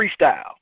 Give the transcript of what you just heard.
freestyle